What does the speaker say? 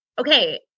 okay